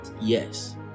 Yes